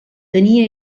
tenia